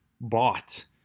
bought